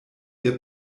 ihr